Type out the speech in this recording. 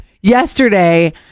Yesterday